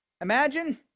Imagine